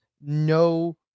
no